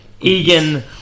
Egan